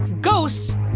ghosts